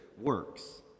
works